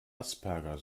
asperger